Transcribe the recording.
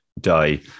die